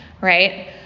right